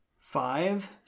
five